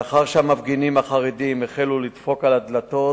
לאחר שהמפגינים החרדים החלו לדפוק על דלתות